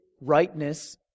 Rightness